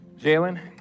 Jalen